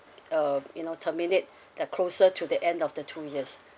uh you know terminate the closer to the end of the two years